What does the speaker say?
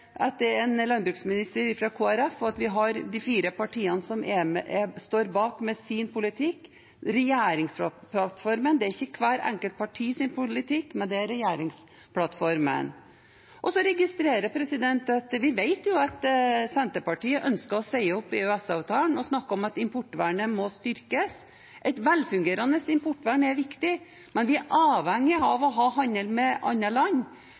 at det er en landbruksminister fra Kristelig Folkeparti, og at vi har de fire partiene som står bak med sin politikk – regjeringsplattformen. Det er ikke hvert enkelt partis politikk, men regjeringsplattformen. Vi vet jo at Senterpartiet ønsker å si opp EØS-avtalen og snakker om at importvernet må styrkes. Et velfungerende importvern er viktig, men vi er avhengige av å ha handel med andre land.